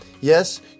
Yes